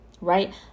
right